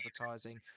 advertising